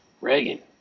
reagan